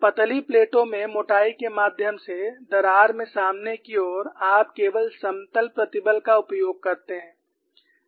पतली प्लेटों में मोटाई के माध्यम से दरार में सामने की ओर आप केवल समतल प्रतिबल का उपयोग करते हैं